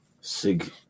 Sig